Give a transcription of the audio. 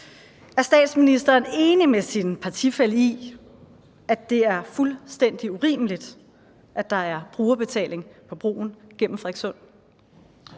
Er statsministeren enig med sin partifælle i, at det er fuldstændig urimeligt, at der er brugerbetaling på broen gennem Frederikssund?